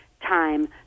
time